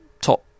top